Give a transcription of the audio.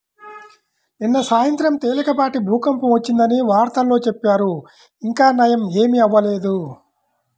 నిన్న సాయంత్రం తేలికపాటి భూకంపం వచ్చిందని వార్తల్లో చెప్పారు, ఇంకా నయ్యం ఏమీ అవ్వలేదు